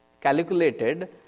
Calculated